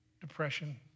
depression